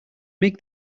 make